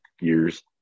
years